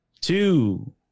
two